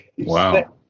Wow